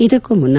ಇದಕ್ಕೂ ಮುನ್ನ